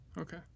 okay